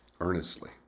earnestly